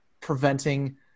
preventing